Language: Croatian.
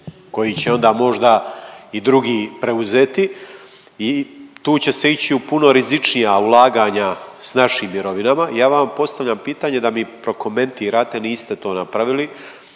koji će onda možda i drugi preuzeti i tu će se ići u puno rizičnija ulaganja s našim mirovinama i ja vama postavljam pitanje da mi prokomentirate, niste to napravili,